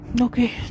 Okay